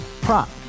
Prop